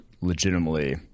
legitimately –